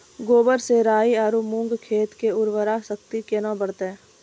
गोबर से राई आरु मूंग खेत के उर्वरा शक्ति केना बढते?